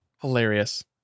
Hilarious